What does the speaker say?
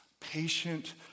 patient